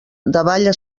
davalla